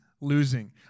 losing